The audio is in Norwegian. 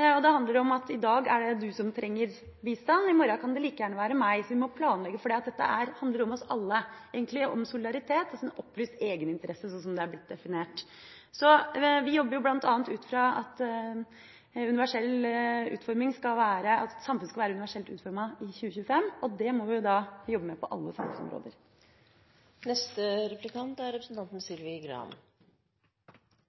og det handler om at i dag er det du som trenger bistand, i morgen kan det like gjerne være meg. Så vi må planlegge, for dette handler om oss alle, egentlig om solidaritet, «opplyst egeninteresse», som det er blitt definert som. Så vi jobber bl.a. ut fra at samfunnet skal være universelt utformet i 2025, og det må vi jobbe med på alle samfunnsområder. Høyre har respekt for regjeringens ønske om grundighet i ratifikasjonsprosesser.